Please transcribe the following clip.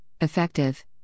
effective